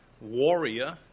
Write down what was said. warrior